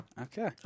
Okay